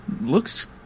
looks